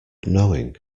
knowing